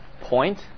point